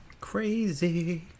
crazy